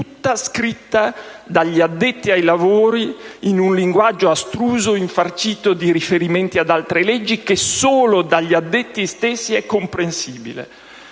tutta scritta dagli addetti ai lavori in un linguaggio astruso, infarcito di riferimenti ad altre leggi, che solo dagli addetti stessi è comprensibile